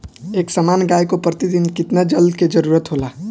एक सामान्य गाय को प्रतिदिन कितना जल के जरुरत होला?